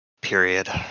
period